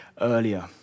earlier